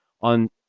on